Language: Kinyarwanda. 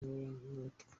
n’abatwa